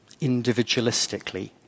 individualistically